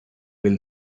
will